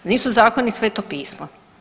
Nisu zakoni Sveto pismo.